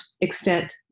extent